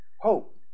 hope